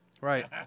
Right